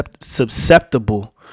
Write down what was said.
susceptible